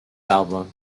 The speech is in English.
album